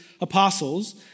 apostles